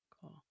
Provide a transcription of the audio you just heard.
Cool